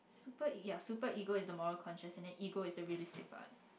super yeah superego is the moral conscious and then ego is the realistic part